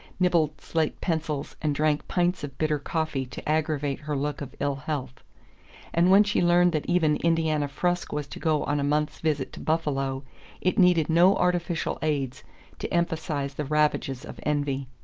nibbled slate-pencils and drank pints of bitter coffee to aggravate her look of ill-health and when she learned that even indiana frusk was to go on a month's visit to buffalo it needed no artificial aids to emphasize the ravages of envy.